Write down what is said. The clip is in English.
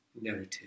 narrative